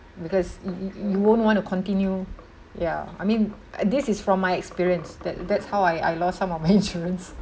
because you you won't want to continue ya I mean this is from my experience that that's how I I lost some of my insurance